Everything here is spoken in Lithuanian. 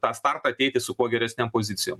tą startą ateiti su kuo geresnėm pozicijom